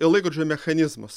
į laikrodžių mechanizmus